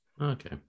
Okay